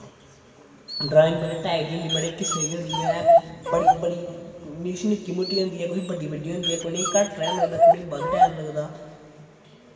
drawing बड़े type दी हेंदी बड़े किस्में दा हेंदी बड़ी बड़ी कुछ निक्की मुट्टी होंदी ऐ कुछ बड्डी बड्डी होंदी ऐ कुसे घट्ट टैम लगदा कुसै बध्द टैम लगदा